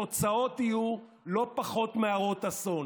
התוצאות יהיו לא פחות מהרות אסון.